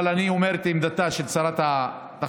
אבל אני אומר את עמדתה של שרת התחבורה,